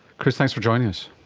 chris, thanks for joining us.